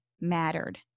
mattered